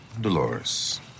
Dolores